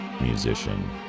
musician